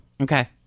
okay